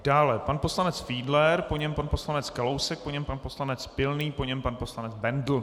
Dále pan poslanec Fiedler, po něm pan poslanec Kalousek, po něm pan poslanec Pilný, po něm pan poslanec Bendl.